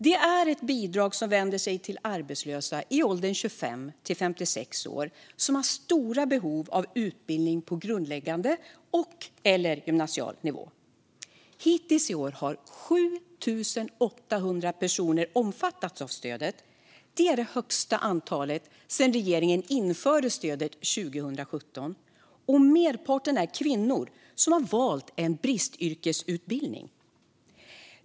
Det är ett bidrag som vänder sig till arbetslösa i åldern 25-56 år som har stora behov av utbildning på grundläggande eller gymnasial nivå. Hittills i år har 7 800 personer omfattats av stödet. Det är det största antalet sedan regeringen införde stödet 2017, och merparten är kvinnor som har valt en bristyrkesutbildning.